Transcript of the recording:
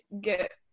get